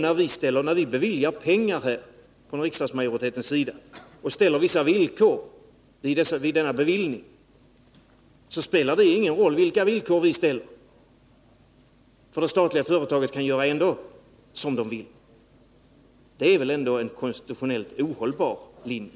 När riksdagsmajoriteten beviljar pengar på vissa villkor spelar det ingen roll vilka villkor vi ställer. Det statliga företaget kan ändå göra som det vill. Det är väl ändå en konstitutionellt ohållbar linje?